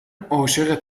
عاشقت